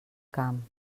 camp